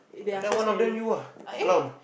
they are so scary eh